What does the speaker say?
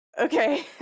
Okay